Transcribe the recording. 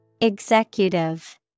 Executive